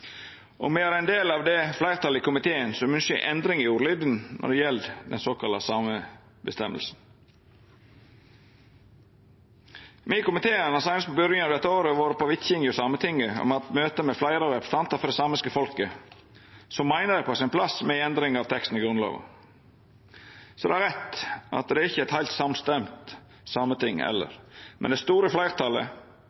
og me er ein del av det fleirtalet i komiteen som ynskjer endring i ordlyden når det gjeld den såkalla «samebestemmelsen». Me i komiteen har seinast på byrjinga av dette året vore på vitjing hjå Sametinget, og me har hatt møte med fleire representantar for det samiske folket som meiner det er på sin plass med ei endring av teksten i Grunnlova. Så det er rett at det ikkje er eit heilt samstemt Sameting